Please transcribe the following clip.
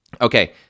Okay